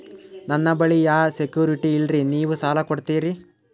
ನನ್ನ ಬಳಿ ಯಾ ಸೆಕ್ಯುರಿಟಿ ಇಲ್ರಿ ನೀವು ಸಾಲ ಕೊಡ್ತೀರಿ?